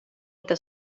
inte